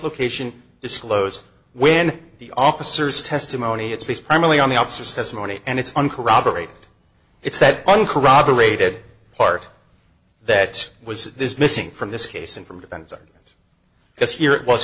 location disclosed when the officers testimony it's based primarily on the officers testimony and it's uncorroborated it said uncorroborated part that was missing from this case and from depends on it's here it was